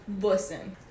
listen